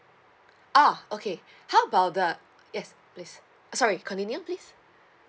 ah okay how about the yes please uh sorry continue please